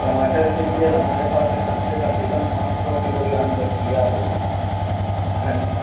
ٹماٹر کے لئے ہمارے پاس اس ہفتے تقریباً پانچ سو کلو گرام دستیاب ہے گھن